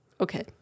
Okay